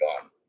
gone